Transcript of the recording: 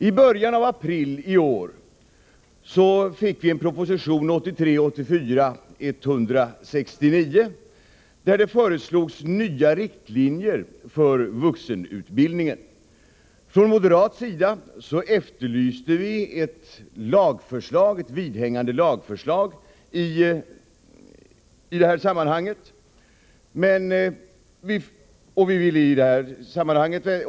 I början av april i år fick vi en proposition — 1983/84:169 — där det föreslogs nya riktlinjer för vuxenutbildningen. Från moderat sida efterlyste vi i sammanhanget ett lagförslag.